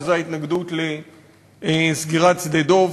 וזו ההתנגדות לסגירת שדה-דב.